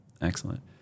excellent